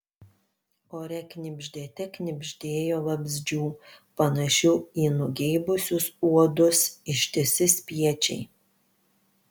ore knibždėte knibždėjo vabzdžių panašių į nugeibusius uodus ištisi spiečiai